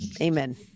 Amen